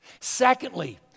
Secondly